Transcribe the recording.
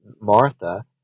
Martha